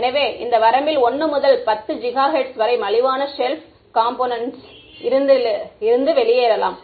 எனவே இந்த வரம்பில் 1 முதல் 10 ஜிகாஹெர்ட்ஸ் வரை மலிவான ஷெல்ப் காம்போனென்ட்ஸில் இருந்து வெளியேறலாம்